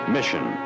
Mission